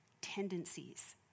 tendencies